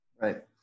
Right